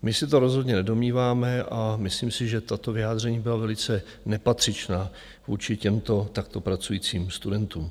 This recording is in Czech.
My se to rozhodně nedomníváme a myslím si, že tato vyjádření byla velice nepatřičná vůči těmto takto pracujícím studentům.